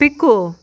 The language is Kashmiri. پِکَو